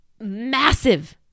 massive